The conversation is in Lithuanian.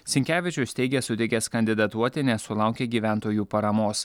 sinkevičius teigė sutikęs kandidatuoti nes sulaukė gyventojų paramos